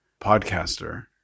podcaster